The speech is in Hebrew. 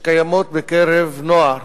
שקיימות בקרב הנוער